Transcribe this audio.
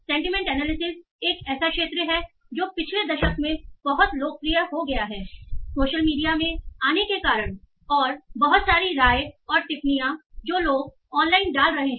तो sentiment analysis एक ऐसा क्षेत्र है जो पिछले दशक में बहुत लोकप्रिय हो गया है सोशल मीडिया में आने के कारण और बहुत सारी राय और टिप्पणियां जो लोग ऑनलाइन डाल रहे हैं